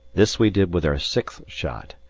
this we did with our sixth shot,